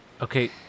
Okay